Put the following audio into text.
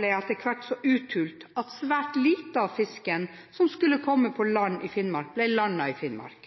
ble etter hvert så uthult at svært lite av fisken som skulle komme på land i Finnmark, ble landet i Finnmark.